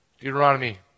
Deuteronomy